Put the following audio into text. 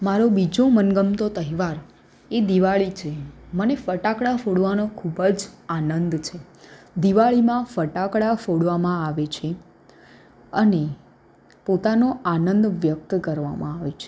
મારો બીજો મનગમતો તહેવાર એ દિવાળી છે મને ફટાકડા ફોડવાનો ખૂબ જ આનંદ છે દિવાળીમાં ફટાકડા ફોડવામાં આવે છે અને પોતાનો આનંદ વ્યક્ત કરવામાં આવે છે